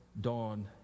dawn